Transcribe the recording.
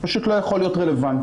פשוט לא יכול להיות רלוונטי.